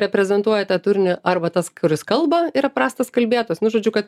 reprezentuoja tą turinį arba tas kuris kalba yra prastas kalbėtojas nu žodžiu kad